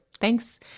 Thanks